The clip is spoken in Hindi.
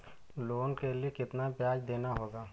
लोन के लिए कितना ब्याज देना होगा?